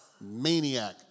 maniac